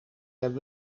hebben